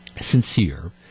sincere